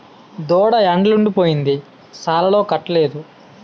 దూడ ఎండలుండి పోయింది సాలాలకట్టలేదు